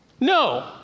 No